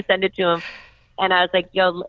and to him and i was like, yo,